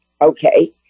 Okay